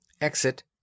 Exit